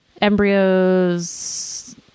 embryos